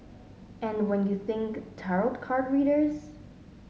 and when you think tarot card readers